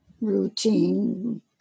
routine